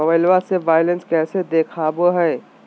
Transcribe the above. Mobile से balance कैसे देखाबो है?